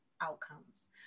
outcomes